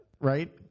right